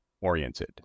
oriented